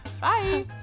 Bye